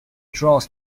draws